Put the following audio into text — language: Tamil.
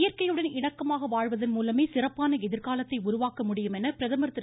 இயற்கையுடன் இணக்கமாக வாழ்வதன் மூலமே சிறப்பான எதிர்காலத்தை உருவாக்க முடியும் என பிரதமர் திரு